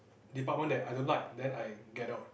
department that I don't like then I get out